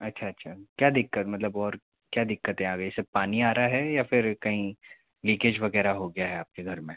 अच्छा अच्छा क्या देख कर मतलब और क्या दिक्कत है आगे सिर्फ़ पानी आ रहा है या फिर कहीं लीकेज वग़ैरह हो गया है आपके घर में